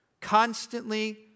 constantly